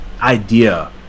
idea